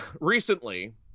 recently